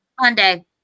Monday